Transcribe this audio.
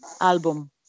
album